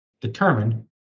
determined